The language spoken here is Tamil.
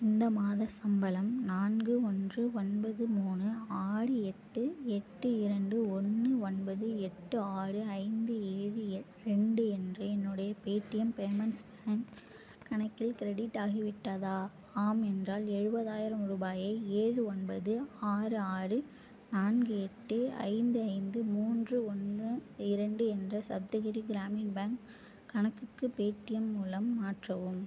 இந்த மாத சம்பளம் நான்கு ஒன்று ஒன்பது மூணு ஆறு எட்டு எட்டு இரண்டு ஒன்று ஒன்பது எட்டு ஆறு ஐந்து ஏழு ரெண்டு என்ற என்னுடைய பேடிஎம் பேமெண்ட்ஸ் பேங்க் கணக்கில் க்ரெடிட் ஆகிவிட்டதா ஆம் என்றால் எழுபதாயிரம் ரூபாயை ஏழு ஒன்பது ஆறு ஆறு நான்கு எட்டு ஐந்து ஐந்து மூன்று ஒன்று இரண்டு என்ற சப்தகிரி க்ராமின் பேங்க் கணக்குக்கு பேடிஎம் மூலம் மாற்றவும்